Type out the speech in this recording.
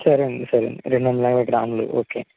సరేండి సరేండి రెండొందల యాభై గ్రాములు ఓకే